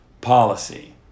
policy